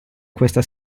questa